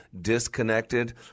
disconnected